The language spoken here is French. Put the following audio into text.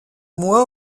moi